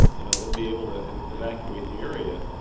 you know then be able to evacuate the area,